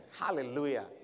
Hallelujah